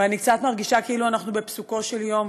ואני קצת מרגישה כאילו אנחנו ב"פסוקו של יום".